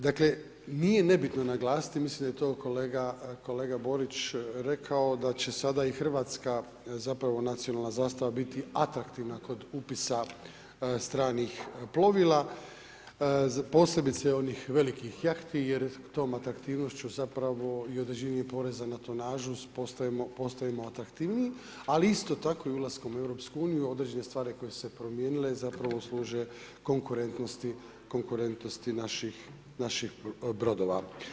Dakle, nije nebitno naglasiti, mislim da je to kolega Borić i rekao da će sada i hrvatska zapravo nacionalna zastava biti atraktivna kod upisa stranih plovila posebice onih velikih jahti jer tom atraktivnošću zapravo i određivanjem poreza za tonažu postajemo atraktivniji, ali isto tako i ulaskom u Europsku uniju određene stvari koje su se promijenile zapravo službe konkurentnosti naših brodova.